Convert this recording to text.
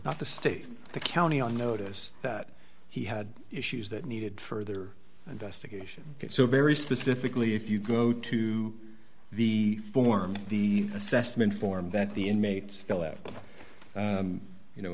not the state the county on notice that he had issues that needed further investigation so very specifically if you go to the form the assessment form that the inmates fill out you know